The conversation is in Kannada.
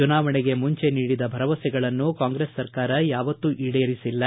ಚುನಾವಣೆಗೆ ಮುಂಚೆ ನೀಡಿದ ಭರವಸೆಗಳನ್ನು ಕಾಂಗ್ರೆಸ್ ಸರ್ಕಾರ ಯಾವತ್ತೂ ಈಡೇರಿಸಿಲ್ಲ